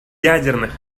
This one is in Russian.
ядерных